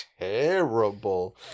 terrible